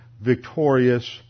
victorious